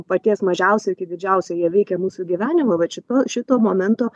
paties mažiausio iki didžiausio jie veikia mūsų gyvenimą vat šito šito momento